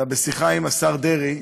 אתה בשיחה עם השר דרעי.